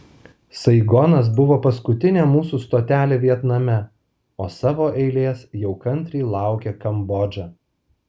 saigonas buvo paskutinė mūsų stotelė vietname o savo eilės jau kantriai laukė kambodža